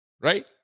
right